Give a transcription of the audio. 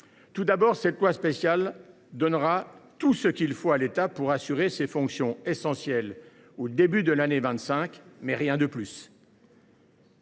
avec force, cette loi spéciale donnera tout ce qu’il faut à l’État pour assurer ses fonctions essentielles au début de 2025, mais rien de plus.